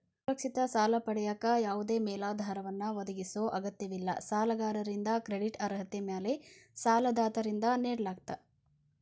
ಅಸುರಕ್ಷಿತ ಸಾಲ ಪಡೆಯಕ ಯಾವದೇ ಮೇಲಾಧಾರವನ್ನ ಒದಗಿಸೊ ಅಗತ್ಯವಿಲ್ಲ ಸಾಲಗಾರಾಗಿ ಕ್ರೆಡಿಟ್ ಅರ್ಹತೆ ಮ್ಯಾಲೆ ಸಾಲದಾತರಿಂದ ನೇಡಲಾಗ್ತ